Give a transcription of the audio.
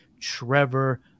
Trevor